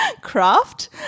craft